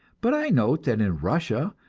but i note that in russia,